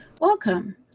Welcome